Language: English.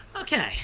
Okay